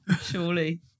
surely